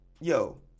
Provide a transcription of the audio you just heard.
yo